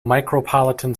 micropolitan